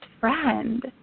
friend